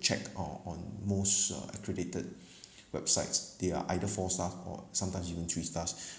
check o~ on most uh accredited websites they are either four stars or sometimes even three stars